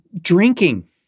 Drinking